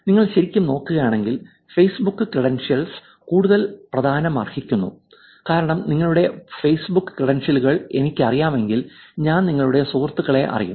നിങ്ങൾ ശരിക്കും നോക്കുകയാണെങ്കിൽ ഫേസ്ബുക്ക് ക്രെഡൻഷ്യലുകൾ കൂടുതൽ പ്രാധാന്യമർഹിക്കുന്നു കാരണം നിങ്ങളുടെ ഫേസ്ബുക്ക് ക്രെഡൻഷ്യലുകൾ എനിക്കറിയാമെങ്കിൽ ഞാൻ നിങ്ങളുടെ സുഹൃത്തുക്കളെ അറിയും